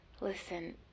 Listen